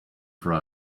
for